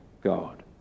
God